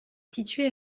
situé